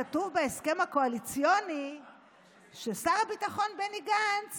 כתוב בהסכם הקואליציוני ששר הביטחון בני גנץ